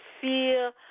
fear